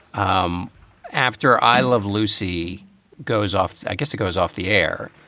um after i love lucy goes off, i guess it goes off the air.